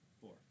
Four